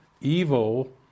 evil